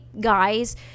guys